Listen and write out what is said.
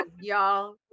y'all